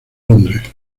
londres